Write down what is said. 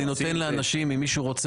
אני נותן לאנשים אם מישהו רוצה,